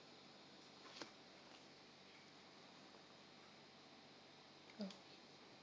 okay